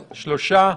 שלושה.